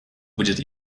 будет